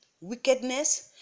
wickedness